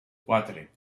quatre